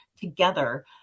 together